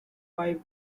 five